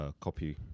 copy